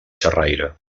xerraire